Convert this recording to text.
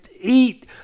eat